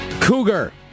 Cougar